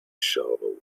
shovel